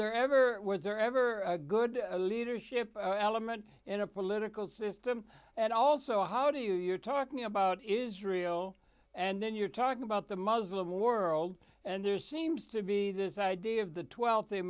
there ever were there ever a good leadership element in a political system and also how do you you're talking about israel and then you're talking about the muslim world and there seems to be this idea of the twelth